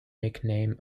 nickname